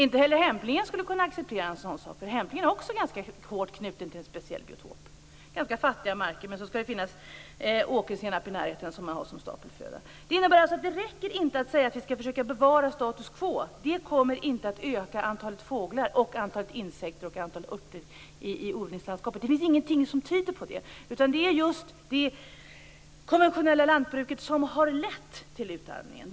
Inte heller hämplingen skulle kunna acceptera en sådan sak. Hämplingen är också ganska hårt knuten till en speciell biotop, nämligen relativt fattiga marker men med åkersenap i närheten som stapelföda. Detta innebär att det inte räcker att säga att vi skall försöka bevara status quo. Det kommer inte att öka antalet fåglar, antalet insekter och antalet örter i odlingslandskapet. Ingenting tyder på det. Det konventionella lantbruket har lett till utarmningen.